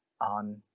on